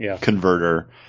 converter